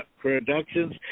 Productions